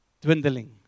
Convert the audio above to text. dwindling